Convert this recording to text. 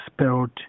spelled